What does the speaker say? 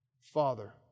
Father